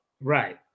Right